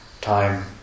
time